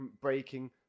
breaking